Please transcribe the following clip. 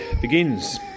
begins